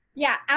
yeah,